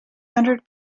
hundred